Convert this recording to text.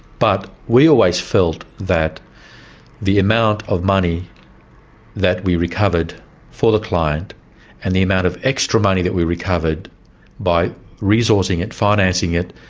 but we always felt that the amount of money that we recovered for the client and the amount of extra money that we recovered by resourcing it, financing it,